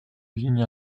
ligne